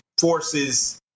forces